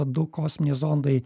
du kosminiai zondai